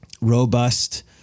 robust